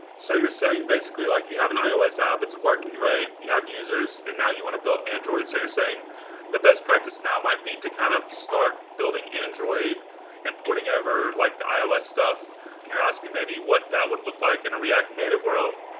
so you're saying, basically, like you have an ios app, it's working great, you have users, and now you want build android. so you're saying the best practice now might be to kind of start building android and porting over like the ios stuff and you're asking maybe what that would look like in a react native world.